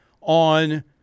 on